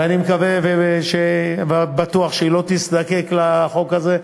ואני מקווה ובטוח שהיא לא תזדקק לחוק הזה.